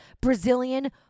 Brazilian